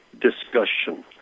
Discussion